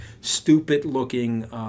stupid-looking